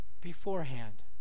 beforehand